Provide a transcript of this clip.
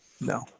No